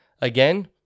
Again